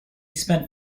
spent